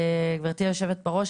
גברתי היו"ר,